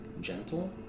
gentle